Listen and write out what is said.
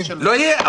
לא יהיה?